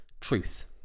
truth